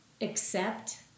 accept